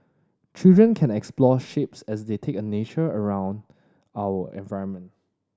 children can explore shapes as they take a nature around our environment